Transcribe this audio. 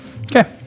Okay